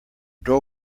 door